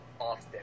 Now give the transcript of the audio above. often